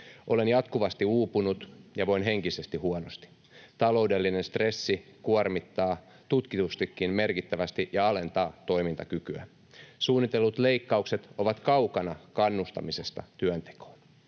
Olen jatkuvasti uupunut ja voin henkisesti huonosti. Taloudellinen stressi kuormittaa tutkitustikin merkittävästi ja alentaa toimintakykyä. Suunnitellut leikkaukset ovat kaukana kannustamisesta työntekoon.